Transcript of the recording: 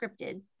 scripted